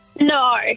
No